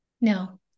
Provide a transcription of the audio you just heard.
no